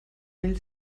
mil